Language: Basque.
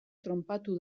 tronpatu